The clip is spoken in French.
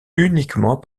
uniquement